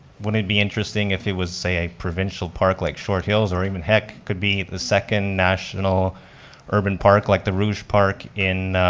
wouldn't it be interesting if it was, say, a provincial park like short hills or even, heck, could be the second national urban park like the rouge park in